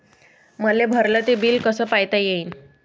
मले भरल ते बिल कस पायता येईन?